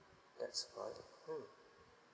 that's about it hmm